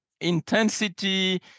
intensity